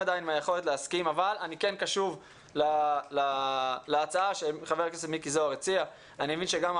מהיכולת להסכים אבל אני כן קשוב להצעה שהציע חבר